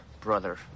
brother